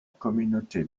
communauté